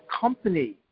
company